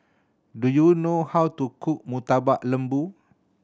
do you know how to cook Murtabak Lembu